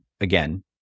again